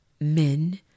men